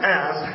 ask